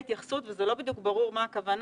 התייחסות וזה לא כל כך ברור למה הכוונה.